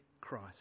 Christ